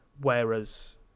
Whereas